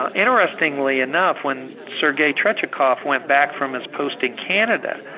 um interestingly enough, when sergei tretyakov went back from his post in canada,